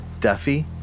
Duffy